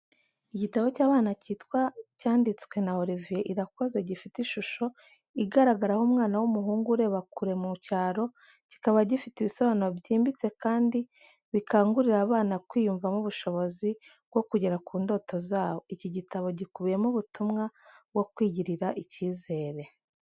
Igitabo cy’abana cyitwa cyanditswe na Oliver Irakoze, gifite ishusho igaragaraho umwana w’umuhungu ureba kure mu cyaro, kikaba gifite ibisobanuro byimbitse kandi bikangurira abana kwiyumvamo ubushobozi bwo kugera ku ndoto zabo. Iki gitabo gikubiyemo ubutumwa bwo kwigirira icyizere.